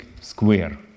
square